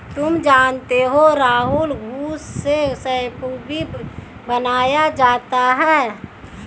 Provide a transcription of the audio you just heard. तुम जानते हो राहुल घुस से शैंपू भी बनाया जाता हैं